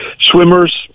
swimmers